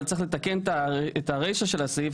אבל צריך לתקן את הרישה של הסעיף,